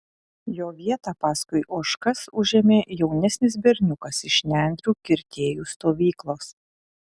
jo vietą paskui ožkas užėmė jaunesnis berniukas iš nendrių kirtėjų stovyklos